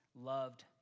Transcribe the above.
loved